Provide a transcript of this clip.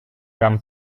gran